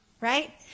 Right